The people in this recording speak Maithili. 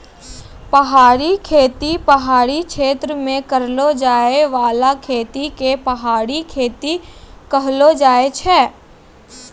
पहाड़ी खेती पहाड़ी क्षेत्र मे करलो जाय बाला खेती के पहाड़ी खेती कहलो जाय छै